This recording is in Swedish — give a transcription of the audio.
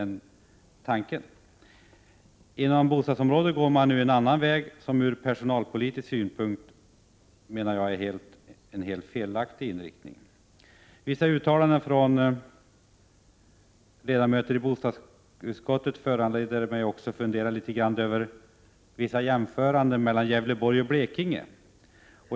När det gäller bostadsområdet går man nu en väg som enligt min mening har en helt felaktig inriktning från regionalpolitisk synpunkt. Vissa uttalanden från ledamöter i bostadsutskottet föranleder mig att också fundera litet grand över vissa jämförelser som kan göras mellan Gävleborg och Blekinge.